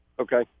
Okay